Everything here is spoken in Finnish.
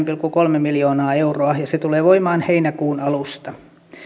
pilkku kolme miljoonaa euroa ja se tulee voimaan heinäkuun alusta